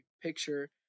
picture